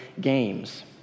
games